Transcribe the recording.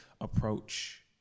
approach